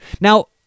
now